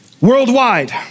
Worldwide